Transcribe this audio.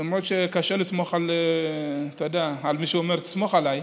למרות שקשה לסמוך על מי שאומר "סמוך עליי",